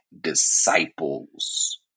disciples